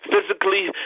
physically